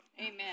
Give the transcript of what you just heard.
Amen